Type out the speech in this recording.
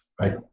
right